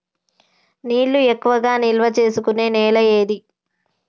నీళ్లు ఎక్కువగా నిల్వ చేసుకునే నేల ఏది?